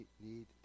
need